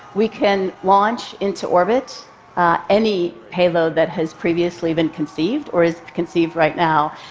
we can launch into orbit any payload that has previously been conceived or is conceived right now.